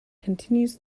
continues